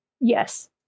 yes